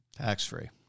Tax-free